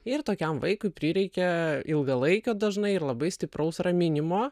ir tokiam vaikui prireikia ilgalaikio dažnai ir labai stipraus raminimo